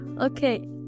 okay